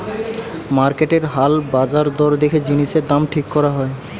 মার্কেটের হাল বাজার দর দেখে জিনিসের দাম ঠিক করা হয়